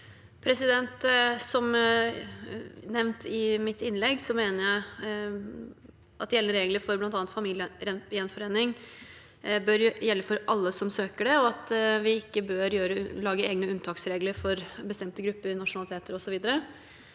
gjeldende regler for bl.a. familiegjenforening bør gjelde for alle som søker det, og at vi ikke bør lage egne unntaksregler for bestemte grupper, nasjonaliteter osv.